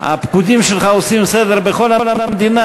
הפקודים שלך עושים סדר בכל המדינה